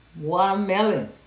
watermelon